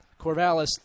Corvallis